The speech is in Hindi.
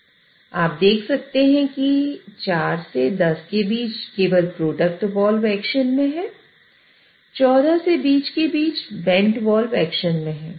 तो आप देख सकते हैं कि 4 से 10 के बीच केवल प्रोडक्ट वाल्व एक्शन में है और 10 से 14 के बीच दोनों वाल्व एक्शन में हैं